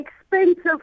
expensive